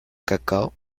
cacao